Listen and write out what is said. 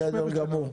בסדר גמור.